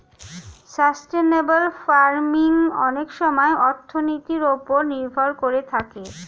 sustainable farming অনেক সময়ে অর্থনীতির ওপর নির্ভর করে থাকে